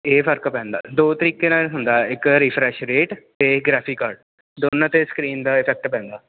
ਇਹ ਫਰਕ ਪੈਂਦਾ ਦੋ ਤਰੀਕੇ ਨਾਲ਼ ਹੁੰਦਾ ਇੱਕ ਰਿਫਰੇਸ਼ ਰੇਟ ਅਤੇ ਗ੍ਰੈਫਿਕ ਕਾਰਡ ਦੋਨਾਂ 'ਤੇ ਸਕਰੀਨ ਦਾ ਈਫੈਕਟ ਪੈਂਦਾ